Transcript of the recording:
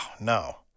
no